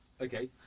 Okay